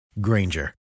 Granger